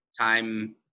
time